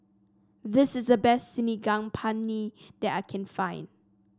this is the best Saag Paneer that I can find